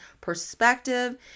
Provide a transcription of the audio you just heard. perspective